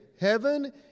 heaven